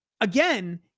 again